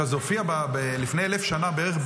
זה הופיע לפני 1,000 שנה בערך,